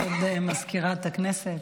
כבוד סגנית מזכיר הכנסת,